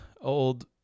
old